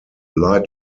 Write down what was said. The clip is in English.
lie